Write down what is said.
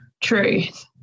truth